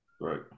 right